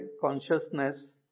consciousness